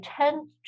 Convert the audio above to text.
tend